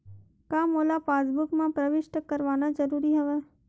का मोला पासबुक म प्रविष्ट करवाना ज़रूरी हवय?